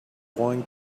going